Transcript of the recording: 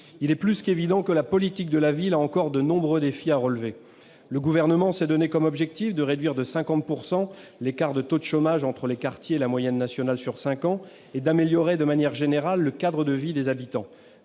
Il est plus qu'évident que la politique de la ville a encore de nombreux défis à relever. Le Gouvernement s'est donné comme objectif de réduire de 50 % l'écart de taux de chômage entre les quartiers et la moyenne nationale sur cinq ans et d'améliorer d'une manière générale le cadre de vie de ces habitants.